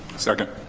second.